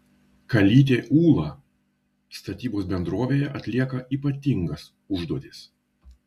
kalytė ūla statybos bendrovėje atlieka ypatingas užduotis